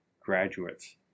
graduates